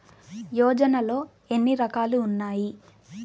యోజనలో ఏన్ని రకాలు ఉన్నాయి?